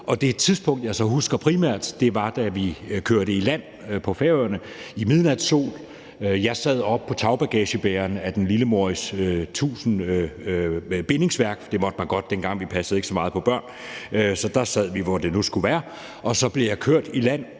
og det tidspunkt, jeg så primært husker, var, da vi kørte i land på Færøerne i midnatssol. Jeg sad oppe på tagbagagebæreren af den lille Morris 1000 med bindingsværk, for det måtte man godt dengang; vi passede ikke så meget på børn, så der sad vi, lige hvor det skulle være. Jeg blev kørt i land